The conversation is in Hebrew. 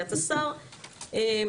לידיעת השר ממצאים